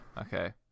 Okay